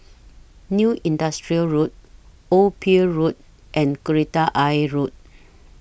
New Industrial Road Old Pier Road and Kreta Ayer Road